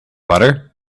butter